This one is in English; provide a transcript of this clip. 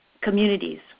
communities